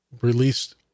released